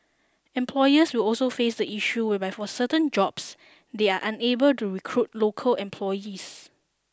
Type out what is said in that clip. employers will also face the issue whereby for certain jobs they are unable to recruit local employees